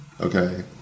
okay